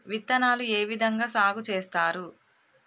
విత్తనాలు ఏ విధంగా సాగు చేస్తారు?